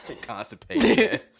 Constipated